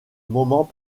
moment